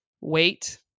wait